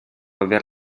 aver